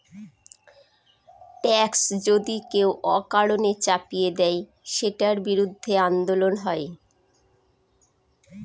tax যদি কেউ অকারণে চাপিয়ে দেয়, সেটার বিরুদ্ধে আন্দোলন হয়